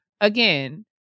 again